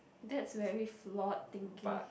that's very flawed thinking